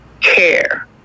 care